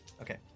Okay